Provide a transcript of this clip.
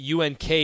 UNK